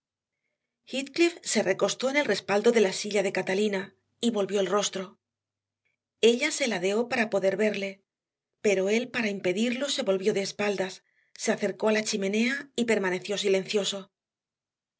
se recostó en el respaldo de la silla de catalina y volvió el rostro ella se ladeó para poder verle pero él para impedirlo se volvió de espaldas se acercó a la chimenea y permaneció silencioso